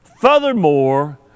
Furthermore